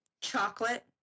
chocolate